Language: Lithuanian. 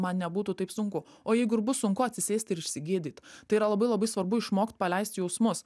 man nebūtų taip sunku o jeigu ir bus sunku atsisėsti ir išsigydyti tai yra labai labai svarbu išmokt paleisti jausmus